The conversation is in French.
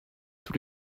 tous